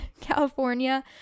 California